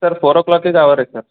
sir four ಓ ಕ್ಲಾಕಿಗೆ ಇವೆ ರೀ ಸರ್